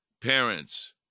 parents